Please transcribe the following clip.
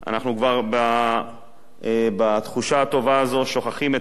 אנחנו כבר בתחושה הטובה הזו שוכחים את כל